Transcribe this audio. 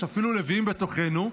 יש אפילו לוויים בתוכנו,